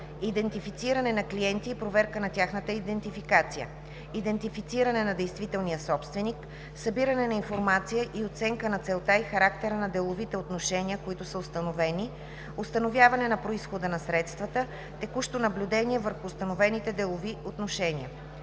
Идентифициране на клиенти и проверка на тяхната идентификация. 2. Идентифициране на действителния собственик. 3. Събиране на информация и оценка на целта и характера на деловите отношения, които са установени. 4. Установяване на произхода на средствата. 5. Текущо наблюдение върху установените делови отношения.